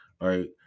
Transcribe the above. right